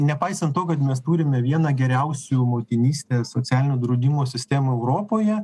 nepaisant to kad mes turime vieną geriausių motinystės socialinio draudimo sistemų europoje